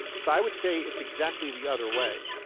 so i would say it's exactly the other way.